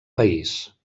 país